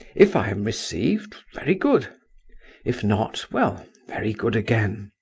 if i am received very good if not, well, very good again.